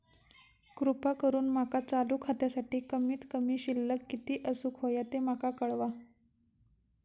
कृपा करून माका चालू खात्यासाठी कमित कमी शिल्लक किती असूक होया ते माका कळवा